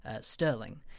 sterling